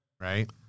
Right